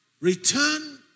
Return